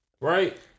Right